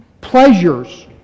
pleasures